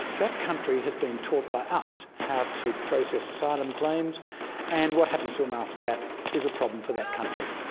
that country has been taught by us how to process asylum claims and what happens to them after that is a problem for that country.